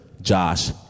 Josh